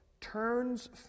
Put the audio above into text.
turns